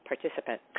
participant